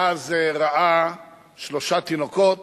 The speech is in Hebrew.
ואז ראה שלושה תינוקות